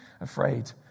afraid